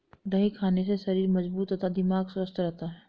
दही खाने से शरीर मजबूत तथा दिमाग स्वस्थ रहता है